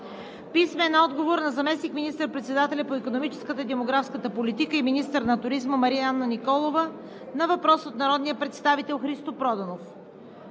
писмени отговори от: - заместник министър-председателя по икономическата и демографската политика и министър на туризма Мариана Николова на въпрос от народния представител Христо Проданов;